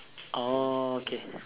oh okay